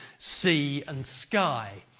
sea and sky.